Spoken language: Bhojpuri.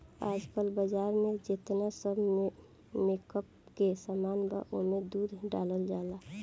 आजकल बाजार में जेतना सब मेकअप के सामान बा ओमे दूध डालल जाला